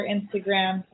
Instagram